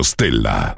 Stella